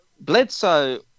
Bledsoe